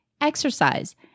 exercise